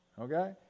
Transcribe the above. Okay